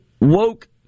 woke